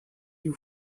view